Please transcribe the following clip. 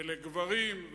ולגברים,